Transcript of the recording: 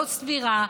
לא סבירה,